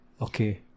Okay